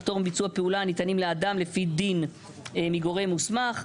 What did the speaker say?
או פטור מביצוע פעולה הניתנים לאדם לפי דין מגורם מוסמך".